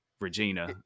regina